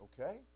Okay